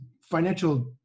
financial